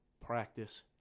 practice